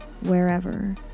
wherever